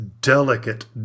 delicate